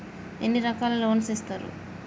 ఎన్ని రకాల లోన్స్ ఇస్తరు?